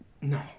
No